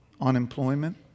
Unemployment